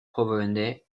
provenait